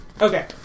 Okay